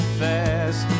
fast